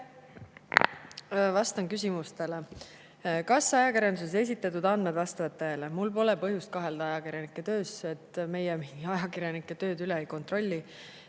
Vastan küsimustele. "Kas ajakirjanduses esitatud andmed vastavad tõele?" Mul pole põhjust kahelda ajakirjanike töös, meie ajakirjanike tööd üle ei kontrolli.